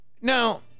Now –